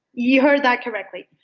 you heard that correctly,